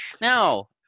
Now